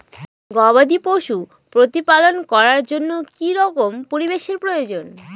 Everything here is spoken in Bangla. গবাদী পশু প্রতিপালন করার জন্য কি রকম পরিবেশের প্রয়োজন?